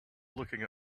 looking